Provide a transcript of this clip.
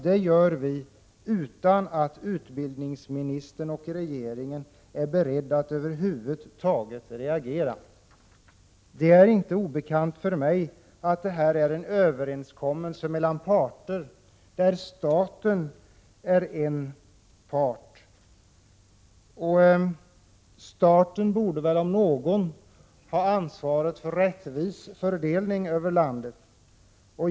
Detta sker utan att utbildningsministern och regeringen är beredda att över huvud taget reagera. Det är inte obekant för mig att detta är en överenskommelse mellan parter, och staten är den ena parten. Staten borde väl om någon ha ansvaret för en rättvis fördelning över landet.